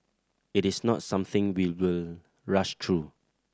it is not something we will rush through